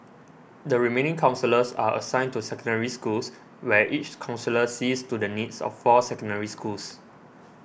the remaining counsellors are assigned to Secondary Schools where each counsellor sees to the needs of four Secondary Schools